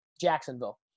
Jacksonville